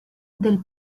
del